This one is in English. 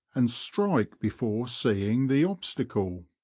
and strike before seeing the obstacle.